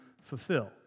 fulfill